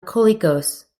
colicos